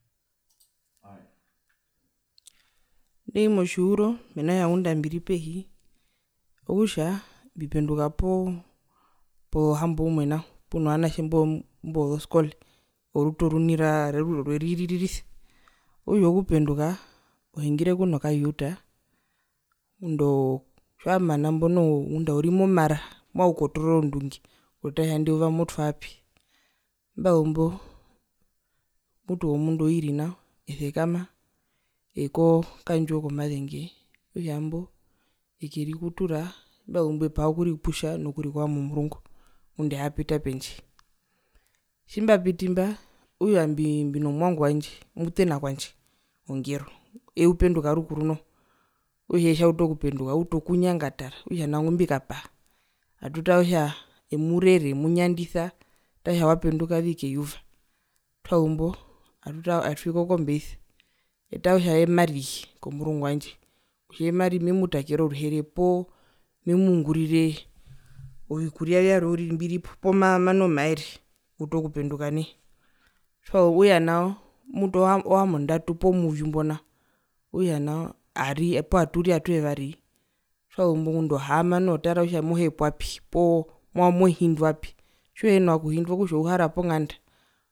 Nai motjihuro mena rokutja ngunda mbiri pehi okutja mbipenduka pozohamboumwe nao puno vanatje mbo imbo wozoskole orutu oruni rwa rwe riririsa okutja okupenduka ohungire kuno kajuda ngundoo tjiwamana mbo noho ngunda uri momara movanga okukotoora ozondunge okutaa kutja inde yuva motwarapi, tjimbazumbo mutu kombunda oiri nao esekama eikoo kokandjiwo komazenge okutjambo ekerikutura tjimbazumbo epaha okuriputja nokurikoha momurungu ngunda ehapita pendje, tjimbapiti mba okutja mbi mbinomwangu wandje omutena kwandje ongero eye upenduka rukuru noho okutja tjautu okupenduka uuta okunyangatara okutja nao ongumbikapaha atutaa kutja emurere emunyandisa etaa kutja wapendukavi keyuva, tjitwazumbo atwii kokombeisa etaa kutja eye mariye komurungu wandje kutja mari memutakere oruhere poo memungurire ovikuria vyarwe uriri mbiripo poo ma manu omaere okuta okupenduka nai okutja nao mutu ohambondatu poo muvyu mbo nao okutja nao ari poo aturi atuyevari tjazumbo ohaama noho otara kutja mohepwapi poo mohindwapi tjiuhina kuhindwa okutja ouhara ponganda.